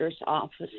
Office